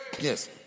Yes